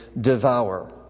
devour